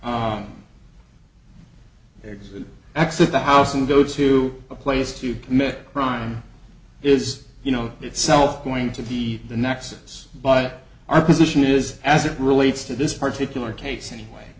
exit exit the house and go to a place to commit a crime is you know itself going to be the nexus by our position is as it relates to this particular case anyway